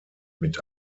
mit